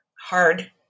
hard